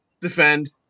defend